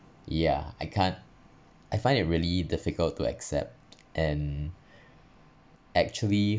yeah I can't I find it really difficult to accept and actually